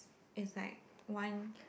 it's like one